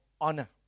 honor